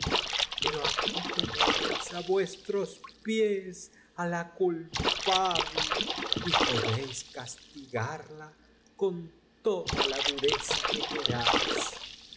pero aqul tenéis á vuestros pies á la culpable y podéis castigarla d con toda la dureza que queráis